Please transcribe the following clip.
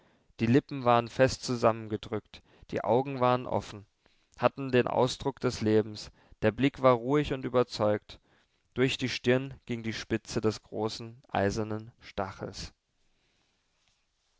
die lippen waren fest zusammengedrückt die augen waren offen hatten den ausdruck des lebens der blick war ruhig und überzeugt durch die stirn ging die spitze des großen eisernen stachels